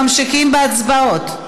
אנחנו ממשיכים בהצבעות.